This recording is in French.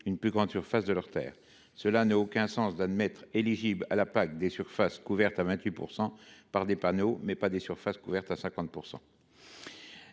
une plus grande surface de leurs terres. Cela n’a aucun sens d’admettre l’éligibilité à la PAC des surfaces couvertes à 28 % par des panneaux, mais pas celle des surfaces couvertes à 50